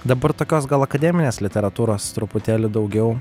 dabar tokios gal akademinės literatūros truputėlį daugiau